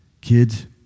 Kids